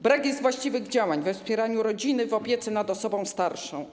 Brak jest właściwych działań w zakresie wspierania rodziny w opiece nad osobą starszą.